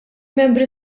membri